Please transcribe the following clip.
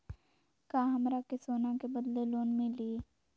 का हमरा के सोना के बदले लोन मिलि?